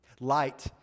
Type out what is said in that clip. Light